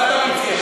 מה אתה מבקש,